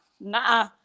Nah